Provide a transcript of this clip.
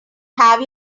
have